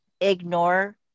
ignore